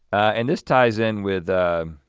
and this ties in with.